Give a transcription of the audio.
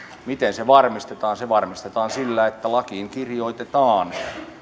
miten se varmistetaan se varmistetaan sillä että lakiin kirjoitetaan